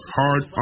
hard